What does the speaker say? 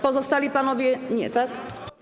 Pozostali panowie nie, tak?